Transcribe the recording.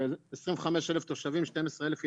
25 אלף תושבים, 12 אלף ילדים,